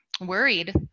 worried